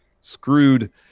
screwed